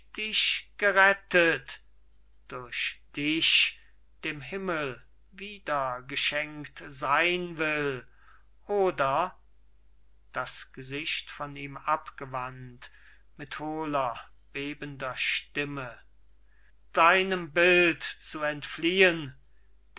dich gerettet durch dich dem himmel wieder geschenkt sein will oder das gesicht von ihm abgewandt mit hohler bebender stimme deinem bild zu entfliehen